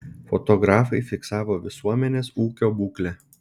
fotografai fiksavo visuomenės ūkio būklę